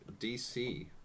DC